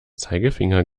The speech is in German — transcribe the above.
zeigefinger